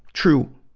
true,